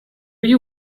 you